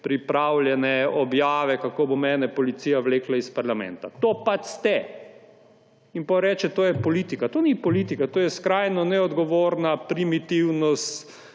pripravljene objave, kako bo mene policija vlekla iz parlamenta. To pač ste. In potem reče, to je politika. To ni politika, to je skrajno neodgovorna primitivnost,